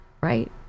Right